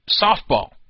softball